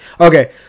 Okay